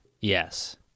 Yes